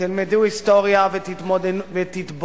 תלמדו היסטוריה ותתבוננו.